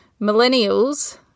millennials